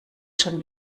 schon